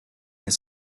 his